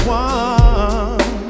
one